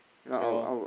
okay lor